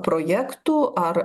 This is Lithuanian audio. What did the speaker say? projektų ar